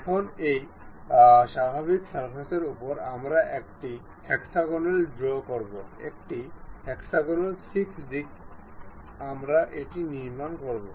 এখন এই স্বাভাবিক সারফেসের উপর আমরা একটি হেক্সাগোনাল ড্রও করবো একটি হেক্সাগোনালের 6 দিক আমরা এটি নির্মাণ করব